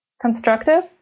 constructive